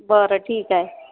बरं ठीक आहे